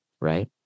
right